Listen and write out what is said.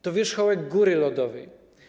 To wierzchołek góry lodowej.